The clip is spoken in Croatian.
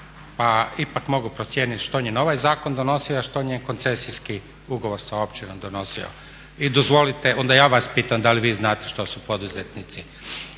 pa ipak mogu procijeniti što im ovaj zakon donosi a što im koncesijski ugovor sa općinom donosi. I dozvolite, onda ja vas pitam da li vi znate što su poduzetnici?